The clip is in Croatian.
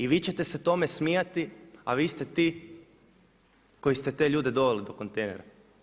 I vi ćete se tome smijati a vi ste ti koji ste te ljude doveli do kontejnera.